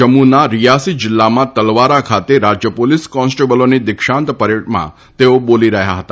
જમ્મુના રીઆસી જીલ્લામાં તલવારા ખાતે રાજય પોલીસ કોન્સ્ટેબલોની દિક્ષાંત પરેડમાં તેઓ બોલી રહ્યાં હતા